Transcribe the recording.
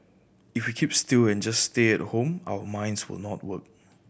if we keep still and just stay at home our minds will not work